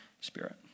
Spirit